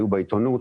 היו בעיתונות,